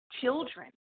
children